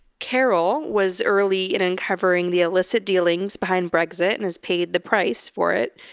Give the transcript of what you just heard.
carol was early in uncovering the illicit dealings behind brexit and has paid the price for it.